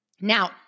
Now